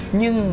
nhưng